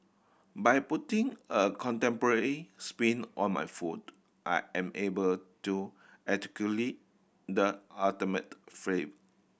by putting a contemporary spin on my food I am able to articulate the ultimate